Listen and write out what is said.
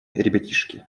ребятишки